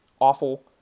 awful